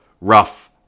rough